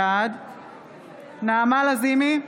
בעד נעמה לזימי,